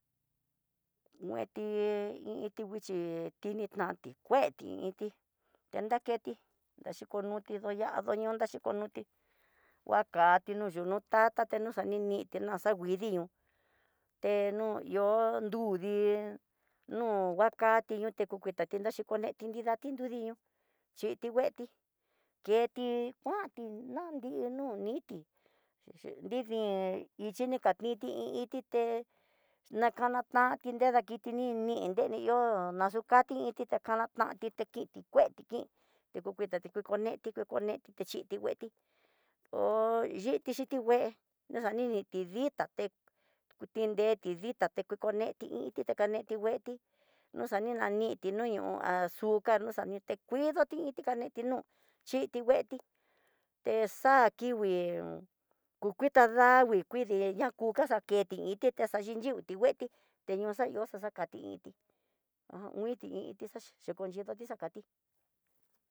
Ngueti iin iti nguixhi, tininguan ti ngueti, ñadanketi daxhikuñuti ndoya'á, ndoyano xhiko nrute nguakati yunu tu tatate xano xaneniti naxanguidinió, te no ihó ndudi nu nguakate ñote kukuitate naxhikoneti nrida tinruñidió xhiti veeti ketikuanti dañino niti xhixhin nridin xhikatiti ni iinti te nakanatanti nreda kiti ni ni nreni ihó naxukati iinti ta kanati te kiti kué ti iin ta kukuitate ti koneti xhiti ngueti ho xhiti xhiti ngue naxani itá té tinreti ditá ta nguiko neti iinti takaneti ngueti noxani ñaniti noño há xucar nani ti kuidoti inti ka ne nó xhiti ngueti, te xa kingui ku kuita danguii kuidi ña kuka xaketi inti xaxhin dinguiti veeti teño xaxakai inti ajan nguiti i iinti xaxhi xhikonyidoti xakati.